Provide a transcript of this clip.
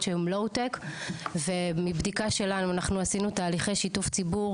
שהם LOWTEC ומבדיקה שלנו אנחנו עשינו תהליכי שיתוף ציבור